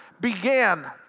began